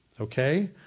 Okay